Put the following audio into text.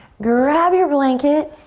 grab your blanket.